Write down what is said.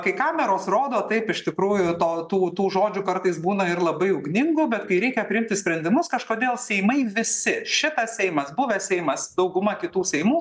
kai kameros rodo taip iš tikrųjų to tų tų žodžių kartais būna ir labai ugningų bet kai reikia priimti sprendimus kažkodėl seimai visi šitas seimas buvęs seimas dauguma kitų seimų